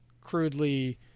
crudely